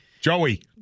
Joey